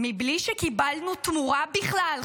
מבלי שקיבלנו תמורה בכלל.